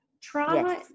Trauma